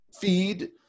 feed